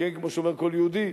כמו שאומר כל יהודי,